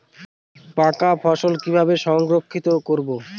পাকা ফসল কিভাবে সংরক্ষিত করব?